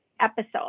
episode